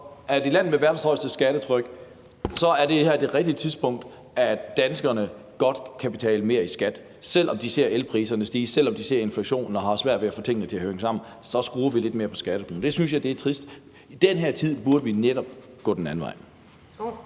et land med verdens højeste skattetryk er det her det rigtige tidspunkt for, at danskerne godt kan betale mere i skat, for selv om de ser elpriserne stige, og selv om der er inflation og de har svært ved at få tingene til at hænge sammen, skruer vi lidt mere på skatteskruen. Det synes jeg er trist. I den her tid burde vi netop gå den anden vej.